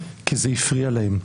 כי זה הפריע להם.